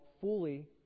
fully